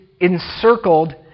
encircled